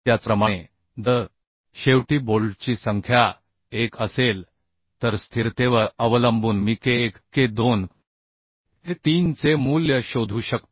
त्याचप्रमाणे जर शेवटी बोल्टची संख्या 1 असेल तर स्थिरतेवर अवलंबून मी के 1 के 2 के 3 चे मूल्य शोधू शकतो